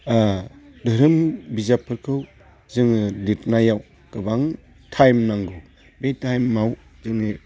धोरोम बिजाबफोरखौ जोङो लिरनायाव गोबां टाइम नांगौ बे टाइमाव जोङो